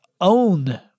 own